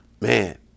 Man